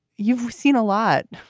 you've seen a lot.